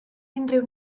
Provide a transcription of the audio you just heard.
unrhyw